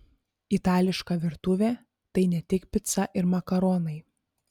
itališka virtuvė tai ne tik pica ir makaronai